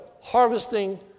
harvesting